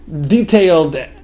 detailed